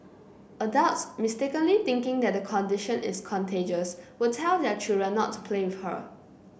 adults mistakenly thinking that the condition is contagious would tell their children not to play with her